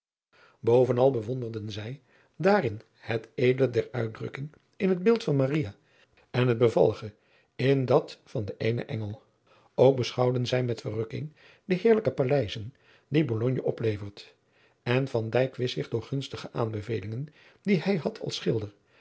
bovenal bewonderden zij daarin het edele der uitdrukking in het beeld van maria en het bevallige in dat van den eenen engel ook beschouwden zij met verrukking de heerlijke paleizen die bologne oplevert en van dijk wist zich door gunstige aanbevelingen die hij had als schilder